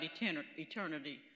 eternity